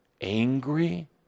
angry